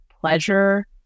pleasure